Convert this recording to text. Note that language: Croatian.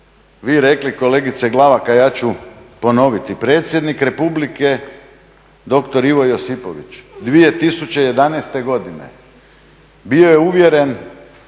vi rekli kolegice Glavak a ja ću ponoviti, predsjednik Republike dr. Ivo Josipović 2011. godine bio je uvjeren